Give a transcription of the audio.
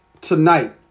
tonight